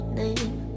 name